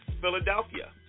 Philadelphia